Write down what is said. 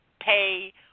pay